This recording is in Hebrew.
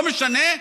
לא משנה,